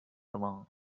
along